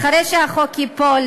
אחרי שהחוק ייפול,